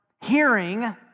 hearing